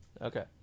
okay